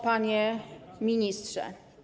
Panie Ministrze!